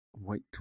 Wait